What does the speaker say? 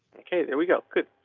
ok, there we go.